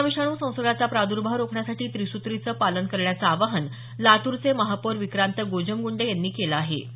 corona विषाणू संसर्गाचा प्रादुर्भाव रोखण्यासाठी त्रिसुत्रीचं पालन करण्याचं आवाहन लातूरचे महापौर विक्रांत गोजमगूंडे यांनी केलं आहे